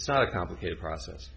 it's not a complicated process